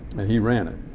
and he ran it,